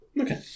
Okay